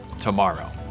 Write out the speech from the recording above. tomorrow